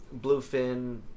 Bluefin